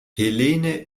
helene